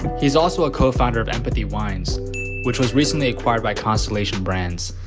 he's also a co-founder of empathy wines which was recently acquired by constellation brands.